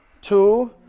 two